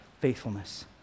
faithfulness